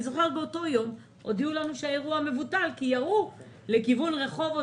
באותו יום הודיעו לנו שהאירוע מבוטל כי ירו לכיוון רחובות